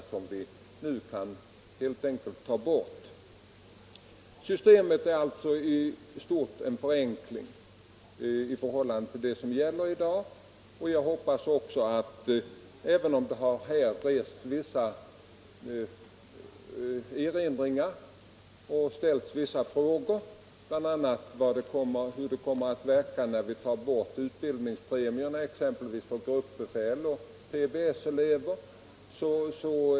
Systemet innebär alltså i stort en förenkling i förhållande till vad som gäller i dag. Det har gjorts vissa erinringar och ställts en del frågor, bl.a. om hur det kommer att verka när vi tar bort utbildningspremierna exempelvis för gruppbefäl och PBS-elever.